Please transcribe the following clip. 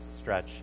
stretch